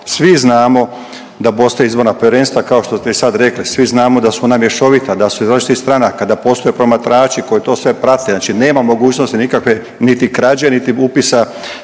Svi znamo da postoje izborna povjerenstva kao što ste i sad rekli svi znamo da su ona mješovita, da su iz različitih stranaka, da postoje promatrači koji to sve prate. Znači nema mogućnosti nikakve niti krađe, niti upisa